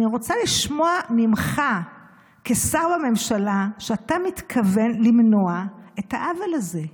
אני רוצה לשמוע ממך כשר בממשלה שאתה מתכוון למנוע את העוול הזה,